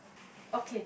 okay